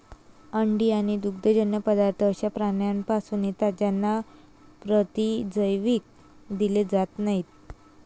अंडी आणि दुग्धजन्य पदार्थ अशा प्राण्यांपासून येतात ज्यांना प्रतिजैविक दिले जात नाहीत